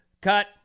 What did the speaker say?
Cut